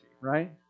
right